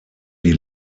die